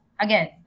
again